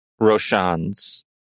Roshan's